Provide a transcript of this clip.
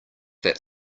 that